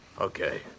Okay